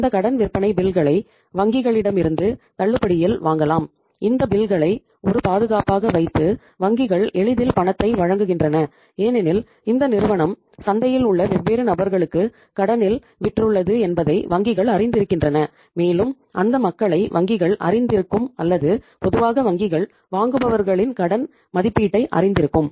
அந்த கடன் விற்பனை பில்களை ஒரு பாதுகாப்பாக வைத்து வங்கிகள் எளிதில் பணத்தை வழங்குகின்றன ஏனெனில் இந்த நிறுவனம் சந்தையில் உள்ள வெவ்வேறு நபர்களுக்கு கடனில் விற்றுள்ளது என்பதை வங்கிகள் அறிந்திருக்கின்றன மேலும் அந்த மக்களை வங்கிகள் அறிந்திருக்கும் அல்லது பொதுவாக வங்கிகள் வாங்குபவர்களின் கடன் மதிப்பீட்டை அறிந்திருக்கும்